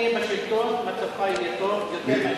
כשאנחנו נהיה בשלטון מצבך יהיה טוב יותר מאשר,